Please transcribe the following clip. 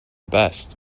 best